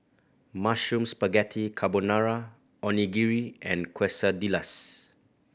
Mushroom Spaghetti Carbonara Onigiri and Quesadillas